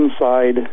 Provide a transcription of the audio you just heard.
Inside